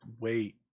wait